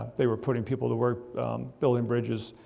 they were putting people to work building bridges,